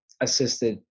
assisted